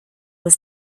was